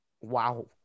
Wow